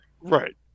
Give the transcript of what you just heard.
right